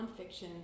nonfiction